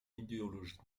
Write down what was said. idéologie